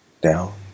Down